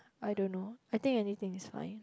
I don't know I think anything is fine